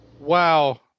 Wow